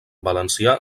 valencià